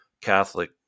Catholic